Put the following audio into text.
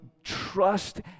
trust